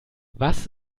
was